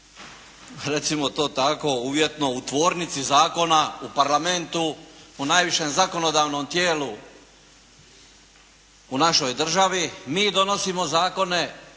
recimo to tako uvjetno, u tvornici zakona, u Parlamentu, u najvišem zakonodavnom tijelu, u našoj državi mi donosimo zakone